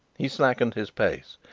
he slackened his pace.